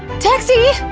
taxi!